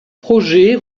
projet